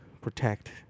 protect